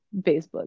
Facebook